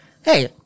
hey